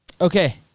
okay